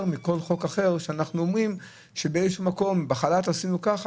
מכל חוק אחר כאשר אנחנו אומרים שבאיזשהו מקום בחל"ת עשינו כך,